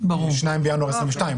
2 בינואר 2022",